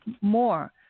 more